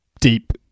deep